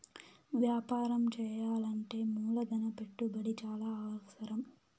వ్యాపారం చేయాలంటే మూలధన పెట్టుబడి చాలా అవసరం